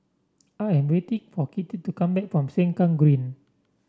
I am waiting for Kitty to come back from Sengkang Green